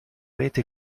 rete